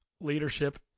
leadership